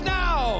now